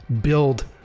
build